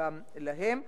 גם להם.